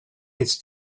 its